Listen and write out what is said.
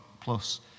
plus